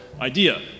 idea